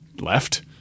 left